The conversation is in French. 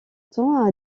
temps